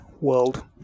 world